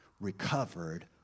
recovered